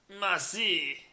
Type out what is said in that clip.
Merci